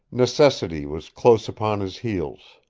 necessity was close upon his heels.